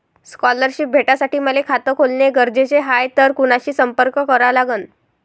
Scholarship भेटासाठी मले खात खोलने गरजेचे हाय तर कुणाशी संपर्क करा लागन?